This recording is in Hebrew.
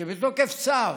שמתוקף צו